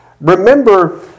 remember